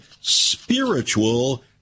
spiritual